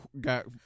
got